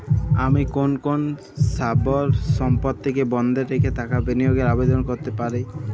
আমি কোন কোন স্থাবর সম্পত্তিকে বন্ডে রেখে টাকা বিনিয়োগের আবেদন করতে পারি?